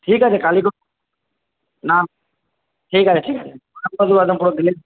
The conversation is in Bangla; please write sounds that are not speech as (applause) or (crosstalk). ঠিক আছে কালই (unintelligible) না ঠিক আছে ঠিক আছে (unintelligible)